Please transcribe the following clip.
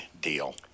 deal